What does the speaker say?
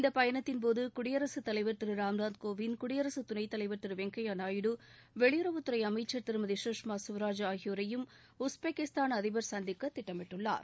இந்த பயணத்தின்போது குடியரசுத் தலைவர் திரு ராம்நாத் கோவிந்த் குடியரசுத் துணைத் தலைவர் திரு வெங்கய்யா நாயுடு வெளியுறவுத்துறை அமைச்சர் திருமதி சுஷ்மா ஸ்வராஜ் ஆகியோரையும் உஸ்பெகிஸ்தான் அதிபர் சந்திக்க திட்டமிட்டுள்ளார்